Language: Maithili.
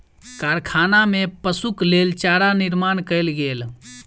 कारखाना में पशुक लेल चारा निर्माण कयल गेल